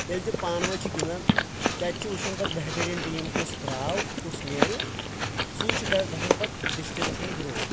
ییٚلہِ تِم پانہٕ وٲنۍ چھِ گنٛدان تتہِ چھِ وٕچھان پتہٕ بہتریٖن ٹیم کُس دراو کُس نیرِ سُ چھُ گژھان پتہٕ ڈسٹرکٹس منٛز برونٛٹھ